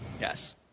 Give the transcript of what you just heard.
Yes